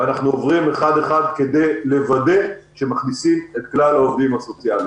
אנחנו עוברים אחת-אחת כדי לוודא שמכניסים את כלל העובדים הסוציאליים,